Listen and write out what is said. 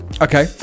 Okay